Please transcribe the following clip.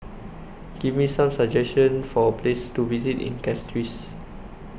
Give Me Some suggestions For Places to visit in Castries